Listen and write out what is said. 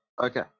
Okay